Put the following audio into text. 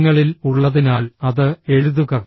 നിങ്ങളിൽ ഉള്ളതിനാൽ അത് എഴുതുക